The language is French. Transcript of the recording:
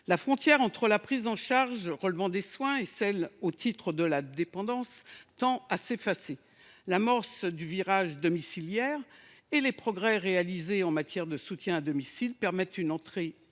La frontière entre la prise en charge relevant des soins et celle au titre de la dépendance tend à s’effacer. L’amorce du virage domiciliaire et les progrès réalisés en matière de soutien à domicile permettent une entrée en